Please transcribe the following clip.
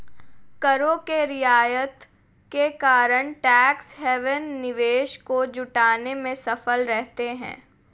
करों के रियायत के कारण टैक्स हैवन निवेश को जुटाने में सफल रहते हैं